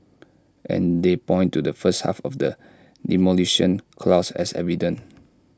and they point to the first half of the Demolition Clause as evidence